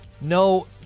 No